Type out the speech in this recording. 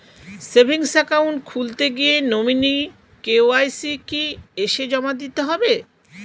Savings account খুলতে গিয়ে nominee KYC কি এসে জমা দিতে হবে?